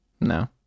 No